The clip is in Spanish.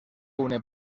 une